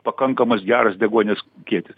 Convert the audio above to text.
pakankamas geras deguonies kiekis